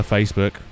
Facebook